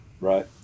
right